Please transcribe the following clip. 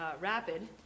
rapid